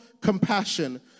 compassion